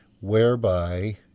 whereby